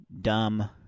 dumb